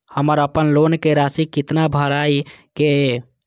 हमर अपन लोन के राशि कितना भराई के ये?